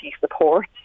support